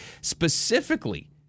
Specifically